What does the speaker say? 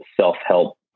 self-help